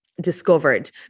discovered